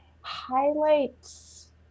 highlights